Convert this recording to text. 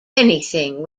anything